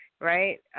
right